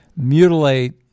mutilate